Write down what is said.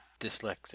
dyslexic